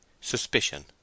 SUSPICION